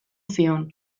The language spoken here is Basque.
zion